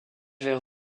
vers